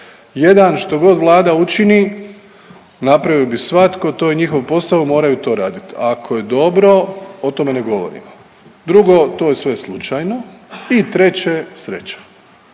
Jedan što god Vlada učini, napravio bi svatko, to je njihov posao, moraju to raditi. Ako je dobro o tome ne govorimo. Drugo, to je sve slučajno i treće sreća.